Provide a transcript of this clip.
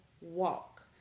walk